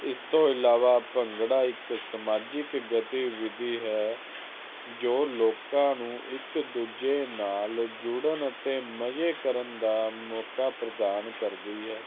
ਇਸ ਤੋਂ ਇਲਾਵਾ ਭੰਗੜਾ ਇੱਕ ਸਮਾਜਿਕ ਗਤੀਵਿਧੀ ਹੈ ਜੋ ਲੋਕਾਂ ਨੂੰ ਇੱਕ ਦੂਜੇ ਨਾਲ ਜੁੜਨ ਅਤੇ ਮਜੇ ਕਰਨ ਦਾ ਮੌਕਾ ਪ੍ਰਧਾਨ ਕਰਦੀ ਹੈ